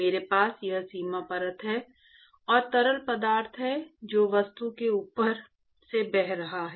मेरे पास एक सीमा परत है और तरल पदार्थ है जो वस्तु के ऊपर से बह रहा है